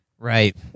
Right